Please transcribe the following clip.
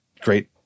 great